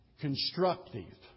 constructive